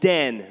Den